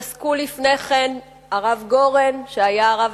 פסק לפני כן הרב גורן, שהיה הרב